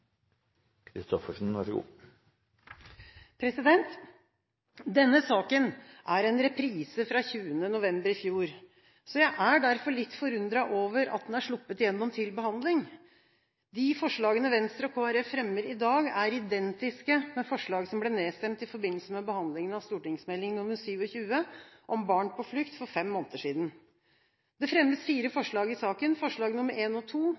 en reprise fra 20. november i fjor. Jeg er derfor litt forundret over at den er sluppet gjennom til behandling. De forslagene Venstre og Kristelig Folkeparti fremmer i dag, er identiske med forslag som ble nedstemt i forbindelse med behandlingen av Meld. St. 27 for 2011–2012 om barn på flukt for fem måneder siden. Det fremmes fire forslag i saken. Forslagene nr. 1 og